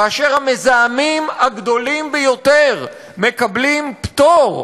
כאשר המזהמים הגדולים ביותר מקבלים פטור,